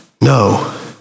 No